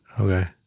Okay